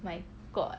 my god